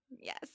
Yes